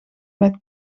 met